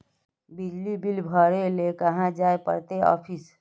बिजली बिल भरे ले कहाँ जाय पड़ते ऑफिस?